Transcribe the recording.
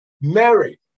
Mary